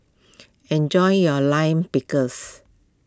enjoy your Lime Pickle